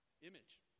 image